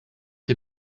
ihr